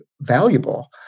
valuable